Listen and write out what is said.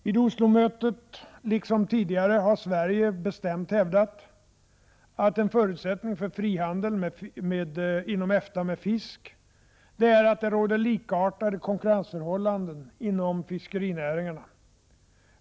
Vid Oslomötet, liksom tidigare, har Sverige bestämt hävdat att en förutsättning för frihandel inom EFTA med fisk är att det råder likartade konkurrensförhållanden inom fiskerinäringarna.